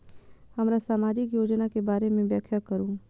हमरा सामाजिक योजना के बारे में व्याख्या करु?